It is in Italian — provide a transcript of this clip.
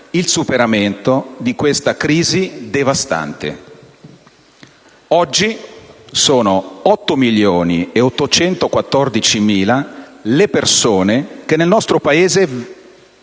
il superamento di questa crisi devastante. Oggi sono 8.814.000 le persone che nel nostro Paese